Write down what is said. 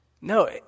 No